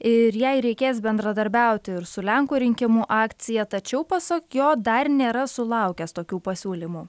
ir jei reikės bendradarbiauti ir su lenkų rinkimų akcija tačiau pasak jo dar nėra sulaukęs tokių pasiūlymų